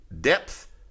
depth